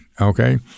okay